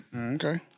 Okay